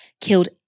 killed